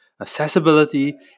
accessibility